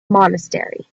monastery